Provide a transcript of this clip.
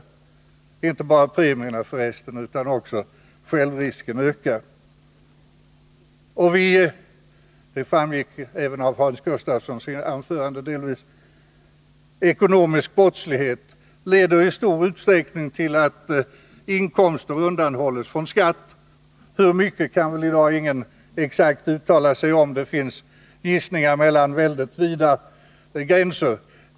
Det är för resten inte bara premierna som ökar, utan även självrisken ökar — det framgick delvis också av Hans Gustafssons anförande. Ekonomisk brottslighet leder i stor utsträckning till att inkomster undanhålles från skatt — hur mycket kan väl i dag ingen exakt uttala sig om. Det förekommer gissningar inom väldigt vida gränser.